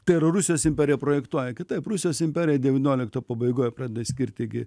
tai yra rusijos imperija projektuoja kitaip rusijos imperija devyniolikto pabaigoj pradeda skirti gi